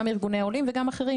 גם ארגוני העולים וגם אחרים,